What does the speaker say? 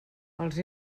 els